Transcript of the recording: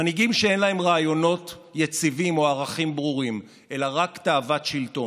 מנהיגים שאין להם רעיונות יציבים או ערכים ברורים אלא רק תאוות שלטון.